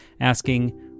asking